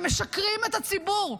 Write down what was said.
שמשקרים את הציבור,